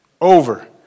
over